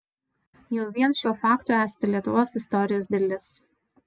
jau vien šiuo faktu esate lietuvos istorijos dalis